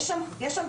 יש שם משילות,